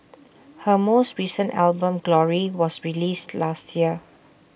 her most recent album glory was released last year